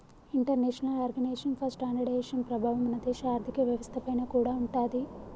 international organisation for standardisation ప్రభావం మన దేశ ఆర్ధిక వ్యవస్థ పైన కూడా ఉంటాది